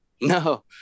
No